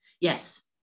Yes